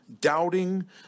doubting